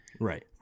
Right